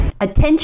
attention